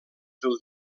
del